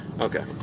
Okay